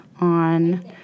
on